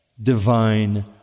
divine